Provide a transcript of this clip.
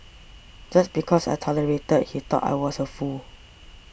just because I tolerated he thought I was a fool